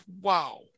wow